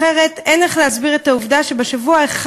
אחרת אין איך להסביר את העובדה שבשבוע אחד,